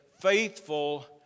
faithful